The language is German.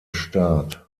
start